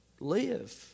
live